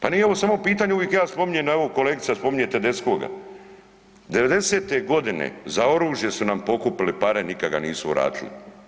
Pa nije ovo samo pitanje uvijek ja spominjem evo i kolegica spominje TEdeschoga, '90.-te godine za oružje su nam pokupili pare nikada ga nisu vratili.